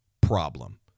problem